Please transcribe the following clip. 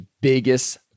biggest